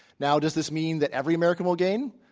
now, does this mean that every american will gain?